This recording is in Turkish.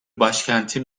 başkenti